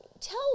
tell